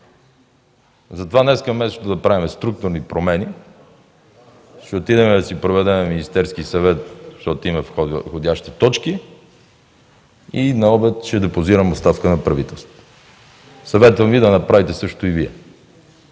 Затова днес вместо да правим структурни промени, ще отидем да си проведем Министерски съвет, защото имаме входящи точки и на обяд ще депозирам оставка на правителството. Съветвам Ви да направите същото и Вие.